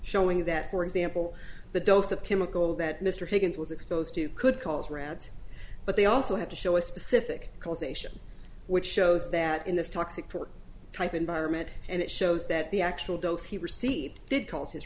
showing that for example the dose of chemical that mr higgins was exposed to could cause rats but they also have to show a specific causation which shows that in this toxic for type environment and it shows that the actual both he received did cause his